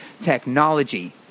technology